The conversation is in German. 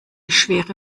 schwere